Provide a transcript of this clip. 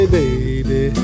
baby